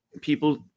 people